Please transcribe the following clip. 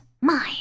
Mine